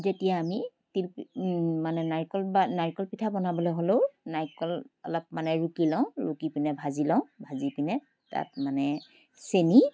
যেতিয়া আমি তিলপি বা নাৰিকল মানে নাৰিকল পিঠা বনাবলৈ হ'লেও নাৰিকল অলপ মানে ৰুকি লওঁ ৰুকি পিনে ভাজি লওঁ ভাজি পিনে তাত মানে চেনি